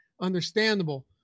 Understandable